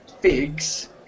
figs